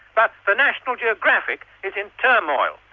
but the national geographic is in turmoil.